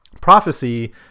prophecy